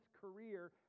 career